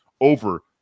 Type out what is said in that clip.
over